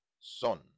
Son